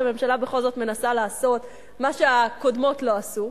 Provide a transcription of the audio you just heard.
הממשלה בכל זאת מנסה לעשות מה שהקודמות לא עשו,